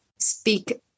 Speak